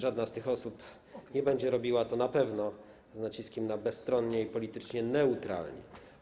Żadna z tych osób nie będzie robiła tego na pewno z naciskiem na: bezstronnie i politycznie neutralnie.